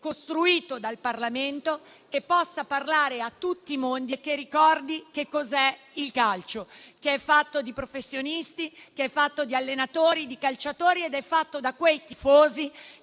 costruito dal Parlamento, che possa parlare a tutti i mondi e che ricordi che cos'è il calcio, che è fatto di professionisti, di allenatori e di calciatori ed è fatto da quei tifosi